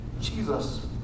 Jesus